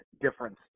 difference